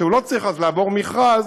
שהוא לא צריך אז לעבור מכרז,